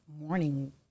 morning